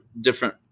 different